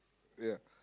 ya